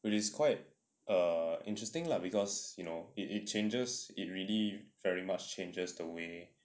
which is quite err interesting lah because you know it it changes it really very much changes the way